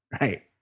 Right